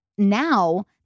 now